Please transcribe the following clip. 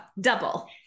double